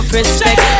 respect